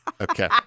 okay